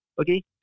Okay